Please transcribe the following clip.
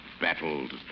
battled